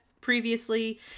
previously